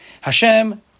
Hashem